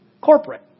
corporate